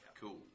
Cool